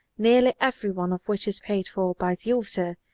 nearly every one of which is paid for by the author,